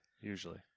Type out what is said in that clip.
usually